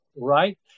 right